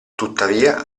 tuttavia